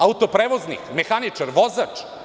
Autoprevoznik, mehaničar, vozač.